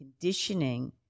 conditioning